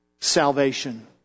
salvation